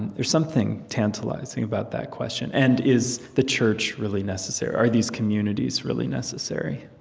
and there's something tantalizing about that question. and is the church really necessary? are these communities really necessary?